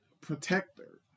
protector